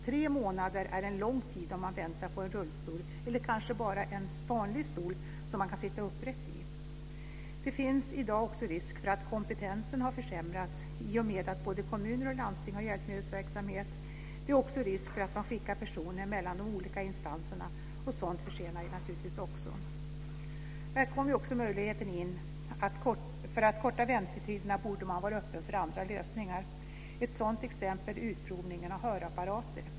Tre månader är en lång tid om man väntar på en rullstol eller kanske bara en vanlig stol som man kan sitta upprätt i. Det finns i dag också en risk för att kompetensen har försämrats i och med att både kommuner och landsting har hjälpmedelsverksamhet. Det är också risk att man skickar personer mellan de olika instanserna, och sådant försenar naturligtvis också. Här kommer också möjligheten in att man för att korta väntetiderna borde vara öppen för andra lösningar. Ett sådant exempel är utprovningen av hörapparater.